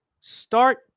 Start